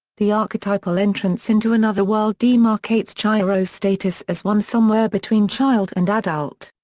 the archetypal entrance into another world demarcates chihiro's status as one somewhere between child and adult.